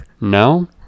no